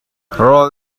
rawl